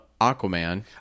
aquaman